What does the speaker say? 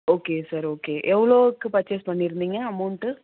okay sir okay எவ்வளோக்கு purchase பண்ணியிருந்திங்க amount